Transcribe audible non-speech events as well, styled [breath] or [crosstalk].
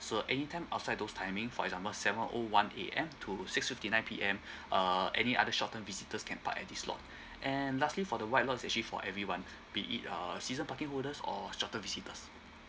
so anytime outside those timing for example seven O one A_M to six fifty nine P_M [breath] uh any other short term visitors can park at this lot and lastly for the white lot is actually for everyone be it uh season parking holders or short term visitors